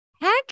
Heck